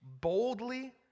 boldly